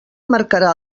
marcarà